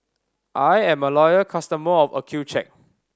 I am a loyal customer of Accucheck